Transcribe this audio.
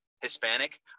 Hispanic